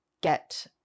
get